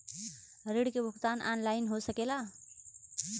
ऋण के भुगतान ऑनलाइन हो सकेला?